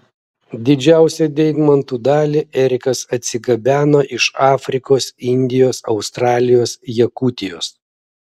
didžiausią deimantų dalį erikas atsigabeno iš afrikos indijos australijos jakutijos